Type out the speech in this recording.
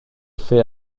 fait